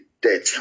dead